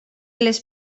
les